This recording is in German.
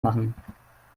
machen